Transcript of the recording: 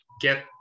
get